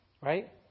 right